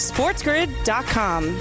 SportsGrid.com